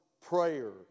prayer